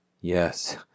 Yes